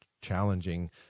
challenging